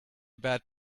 bad